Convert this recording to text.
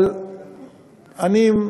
אבל אני,